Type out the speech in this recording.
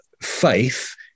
faith